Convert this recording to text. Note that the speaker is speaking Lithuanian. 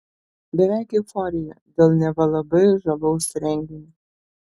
beveik euforija dėl neva labai žavaus renginio